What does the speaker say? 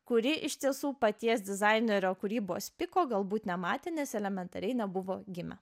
kuri iš tiesų paties dizainerio kūrybos piko galbūt nematė nes elementariai nebuvo gimę